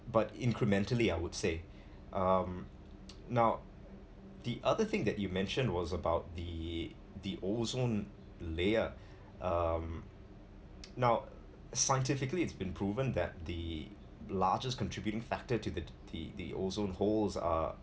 but incrementally I would say um now the other thing that you mentioned was about the the ozone layer um now scientifically it's been proven that the largest contributing factor to the the the the ozone holes are